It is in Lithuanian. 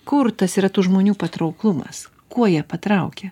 kur tas yra tų žmonių patrauklumas kuo jie patraukia